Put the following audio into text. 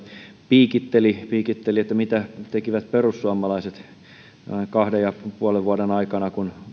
piikitteli piikitteli että mitä tekivät perussuomalaiset tämän kahden ja puolen vuoden aikana kun